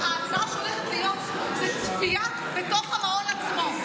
ההצעה שהולכת להיות היא צפייה בתוך המעון עצמו.